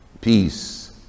peace